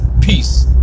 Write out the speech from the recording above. peace